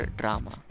drama